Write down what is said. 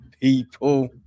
people